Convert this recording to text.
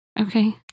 Okay